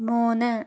മൂന്ന്